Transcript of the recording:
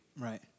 Right